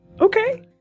Okay